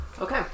Okay